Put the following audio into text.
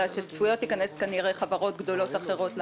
צפויות להיכנס כנראה חברות גדולות אחרות לתחרות.